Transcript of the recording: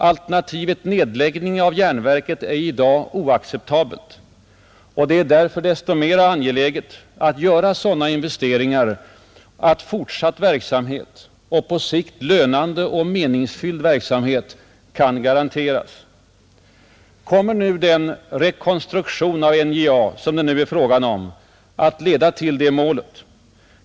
Alternativet nedläggning av järnverket är i dag oacceptabelt, och det är därför desto mera angeläget att göra sådana investeringar att fortsatt verksamhet — och på sikt lönande och meningsfylld verksamhet — kan garanteras. Kommer den rekonstruktion av NJA som det nu är fråga om att leda till det målet?